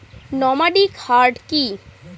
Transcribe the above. Nomadic hardy কি?